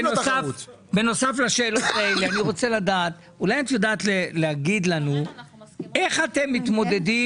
בנוסף לשאלות האלה אולי את יודעת להגיד לנו איך אתם מתמודדים